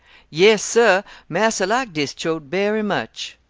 yes, sir, marser like dis choat berry much.